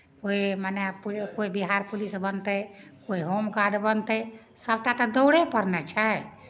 कोइ मने पु कोइ बिहार पुलिस बनतै कोइ होमगार्ड बनतै सभटा तऽ दौड़ेपर ने छै